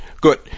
Good